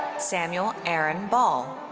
samuel aaron ball.